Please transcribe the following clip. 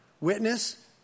Witness